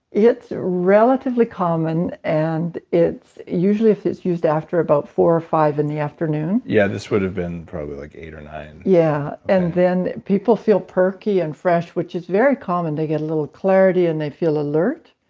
it's relatively common and it's. usually if it's used after about four or five in the afternoon yeah, this would have been probably like eight, or nine yeah, and then people feel perky and fresh, which is very common. they get a little clarity and they feel alert.